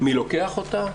מי לוקח אותה,